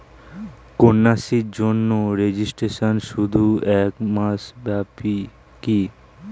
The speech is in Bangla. কন্যাশ্রীর জন্য রেজিস্ট্রেশন শুধু এক মাস ব্যাপীই কি?